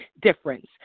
difference